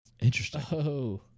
Interesting